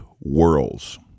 worlds